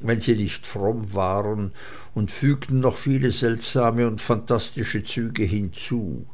wenn sie nicht fromm waren und fügten noch viele seltsame und phantastische züge hinzu